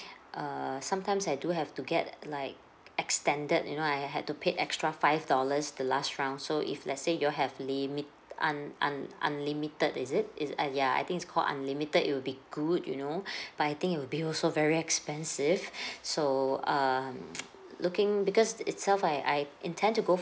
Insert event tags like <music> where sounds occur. err sometimes I do have to get like extended you know I had to pay extra five dollars the last round so if let's say you all have limit un~ un~ unlimited is it is uh ya I think is called unlimited it will be good you know <breath> but I think it will be also very expensive so um looking because itself I I intend to go